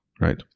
right